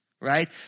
right